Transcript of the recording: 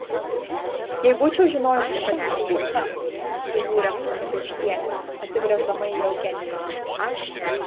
jei būčiau žinojusi kad jūs užimta pridūrė kunigaikštienė atsigręždama į eugenijų